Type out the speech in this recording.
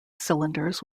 cylinders